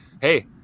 Hey